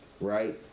right